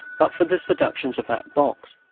but for the seductions of that box.